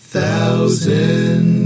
Thousand